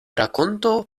rakonto